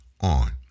on